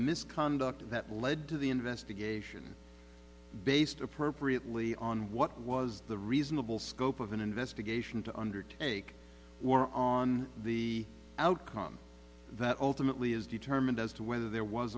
misconduct that lead to the investigation based appropriately on what was the reasonable scope of an investigation to undertake war on the outcome that ultimately is determined as to whether there was